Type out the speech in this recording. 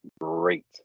great